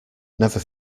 never